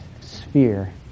sphere